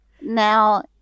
Now